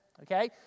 Okay